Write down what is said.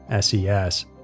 SES